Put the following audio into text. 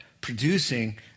producing